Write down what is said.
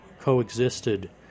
coexisted